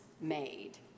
made